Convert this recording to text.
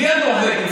בלי הנורבגים,